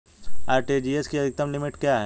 RTGS की अधिकतम limit क्या है?